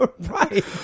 Right